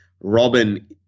Robin